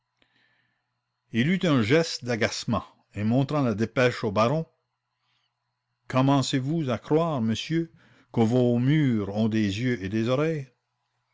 il eut un geste d'agacement et montrant la dépêche au baron commencez vous à croire monsieur que vos murs ont des yeux et des oreilles